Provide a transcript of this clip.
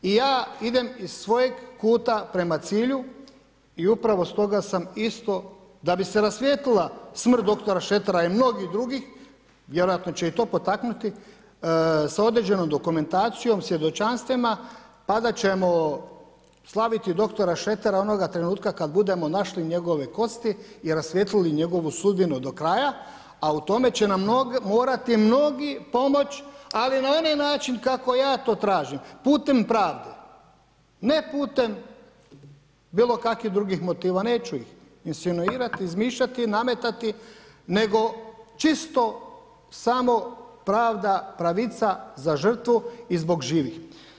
I ja idem iz svojeg kuta prema cilju i upravo stoga sam isto da bi se rasvijetlila smrt dr. Šretera i mnogih drugih, vjerojatno će i to potaknuti, sa određenom dokumentacijom, svjedočanstvima, pa da ćemo slaviti dr. Šretera onoga trenutka kada budemo našli njegove kosti i rasvijetlili njegovu sudbinu do kraja a u tome će nam morati mnogi pomoći ali na onaj način kako ja to tražim, putem pravde, ne putem bilo kakvih drugih motiva, neću iz insinuirati, izmišljati, nametati, nego čisto samo pravda, pravica za žrtvu i zbog živih.